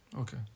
okay